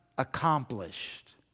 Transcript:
accomplished